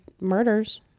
murders